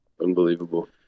Unbelievable